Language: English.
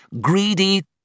greedy